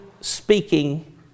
speaking